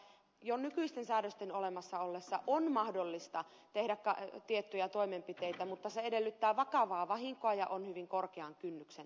korostan sitä että jo nykyisten säädösten olemassa ollessa on mahdollista tehdä tiettyjä toimenpiteitä mutta se edellyttää vakavaa vahinkoa ja on hyvin korkean kynnyksen takana